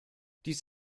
dies